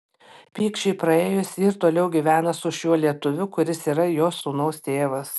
pykčiui praėjus ji ir toliau gyvena su šiuo lietuviu kuris yra jos sūnaus tėvas